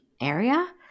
area